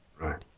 Right